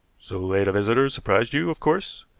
so late a visitor surprised you, of course?